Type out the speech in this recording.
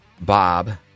Bob